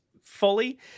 fully